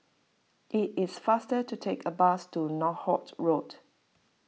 it is faster to take a bus to Northolt Road